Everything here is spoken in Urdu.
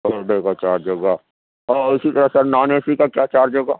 پر ڈے کا چارج ہوگا اور اِسی طرح سے نان اے سی کا کیا چارج ہوگا